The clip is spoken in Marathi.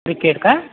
किकेड का